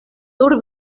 nur